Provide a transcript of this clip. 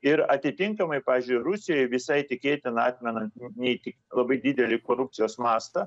ir atitinkamai pavyzdžiui rusijoj visai tikėtina atmenant neįtik labai didelį korupcijos mastą